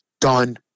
done